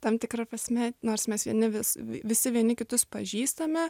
tam tikra prasme nors mes vieni vis visi vieni kitus pažįstame